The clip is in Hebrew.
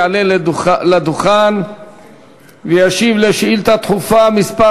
יעלה לדוכן וישיב על שאילתה דחופה מס'